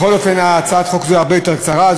בכל אופן, הצעת החוק הזו הרבה יותר קצרה.